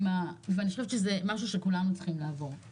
ואני חושבת שזה משהו שכולנו צריכים לעבור.